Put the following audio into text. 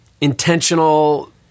intentional